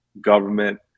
government